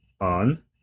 on